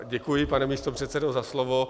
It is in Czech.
Děkuji, pane místopředsedo, za slovo.